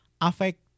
affect